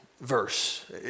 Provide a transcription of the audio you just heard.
verse